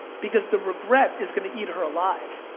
because the regret is gonna eat her alive.